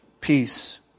peace